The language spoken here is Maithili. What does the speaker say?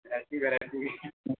variety variety